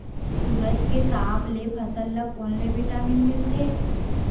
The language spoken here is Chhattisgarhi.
सूरज के ताप ले फसल ल कोन ले विटामिन मिल थे?